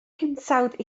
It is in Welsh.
hinsawdd